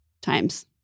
times